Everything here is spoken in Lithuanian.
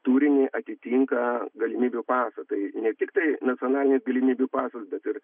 turinį atitinka galimybių pasą tai ne tiktai nacionalinis galimybių pasas bet ir